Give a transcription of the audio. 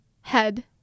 Head